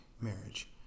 marriage